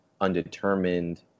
undetermined